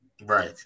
Right